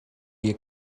your